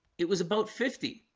it was about fifty.